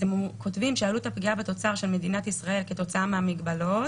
הם כותבים שעלות הפגיעה בתוצר של מדינת ישראל כתוצאה מהמגבלות